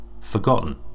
forgotten